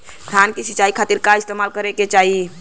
धान के सिंचाई खाती का इस्तेमाल करे के चाही?